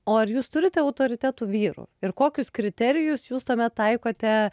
o ar jūs turite autoritetų vyrų ir kokius kriterijus jūs tuomet taikote